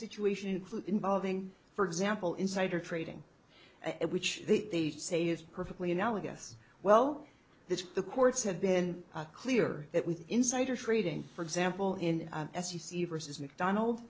situation involving for example insider trading at which they say is perfectly analogous well that the courts have been clear that with insider trading for example in as you see versus mcdonald